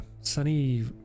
Sunny